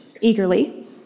eagerly